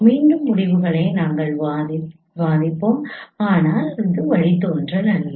மீண்டும் முடிவுகளை நாங்கள் விவாதிப்போம் ஆனால் வழித்தோன்றல் அல்ல